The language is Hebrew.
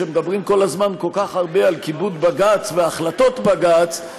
שמדברים כל הזמן כל כך הרבה על כיבוד בג"ץ והחלטות בג"ץ,